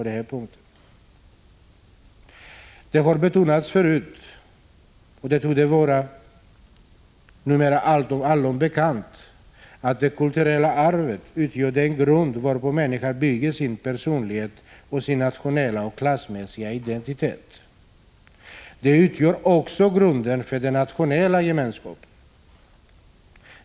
Det har betonats förut och det torde numera vara allom bekant att det kulturella arvet utgör den grund varpå människan bygger sin personlighet och sin nationella och klassmässiga identitet. Det utgör också grunden för den nationella gemenskapen.